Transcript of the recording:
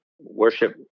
worship